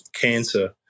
cancer